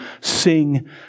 sing